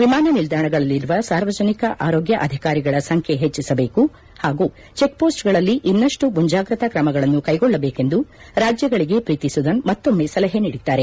ವಿಮಾನ ನಿಲ್ದಾಣಗಳಲ್ಲಿರುವ ಸಾರ್ವಜನಿಕ ಆರೋಗ್ಲ ಅಧಿಕಾರಿಗಳ ಸಂಖ್ಯೆ ಹೆಚ್ಚಿಸಬೇಕು ಹಾಗೂ ಚಿಕ್ಮೋಸ್ಗಳಲ್ಲಿ ಇನ್ನಷ್ಟು ಮುಂಜಾಗ್ರತಾ ತ್ರಮಗಳನ್ನು ಕೈಗೊಳ್ಳಬೇಕೆಂದು ರಾಜ್ಯಗಳಿಗೆ ಪ್ರೀತಿ ಸುದನ್ ಮತ್ತೊಮ್ನ ಸಲಹೆ ನೀಡಿದ್ದಾರೆ